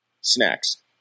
Snacks